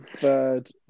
Third